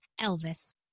Elvis